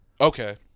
Okay